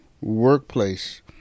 workplace